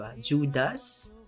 Judas